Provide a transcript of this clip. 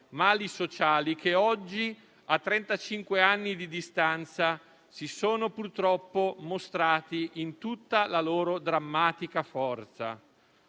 mali sociali che oggi, a trentacinque anni di distanza, si sono purtroppo mostrati in tutta la loro drammatica forza.